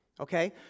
Okay